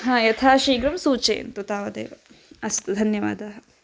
हा यथाशीघ्रं सूचयन्तु तावदेव अस्तु धन्यवादाः